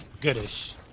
goodish